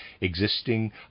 existing